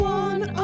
one